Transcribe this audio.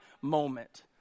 moment